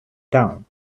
town